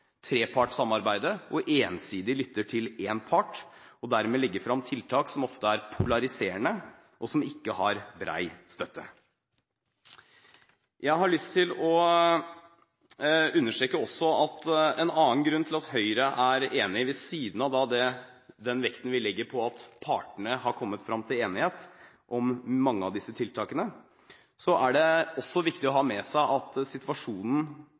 og ensidig lytter til én part og dermed legger frem tiltak som ofte er polariserende, og som ikke har bred støtte. Jeg har også lyst til å understreke at en annen grunn til at Høyre er enig – ved siden av den vekten vi legger på at partene har kommet frem til enighet om mange av disse tiltakene – er at det er viktig å ha med seg at situasjonen